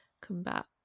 Combat